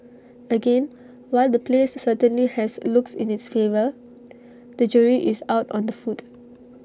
again while the place certainly has looks in its favour the jury is out on the food